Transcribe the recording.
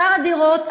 שאר הדירות,